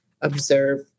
observe